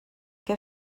què